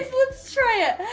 let's try it.